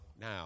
now